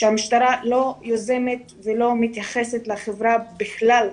שהמשטרה לא יוזמת ולא מתייחסת לחברה בכלל,